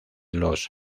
los